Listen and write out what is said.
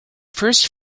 first